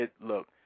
look